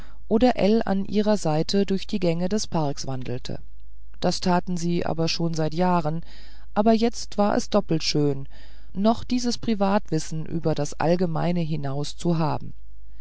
oder ell an ihrer seite durch die gänge des parkes wandelte das taten sie zwar schon seit jahren aber jetzt war es doppelt schön noch dieses privatwissen über das allgemeine hinaus zu haben